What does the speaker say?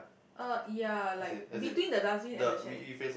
uh ya like between the dustbin and the shack